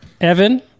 Evan